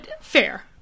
fair